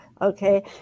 Okay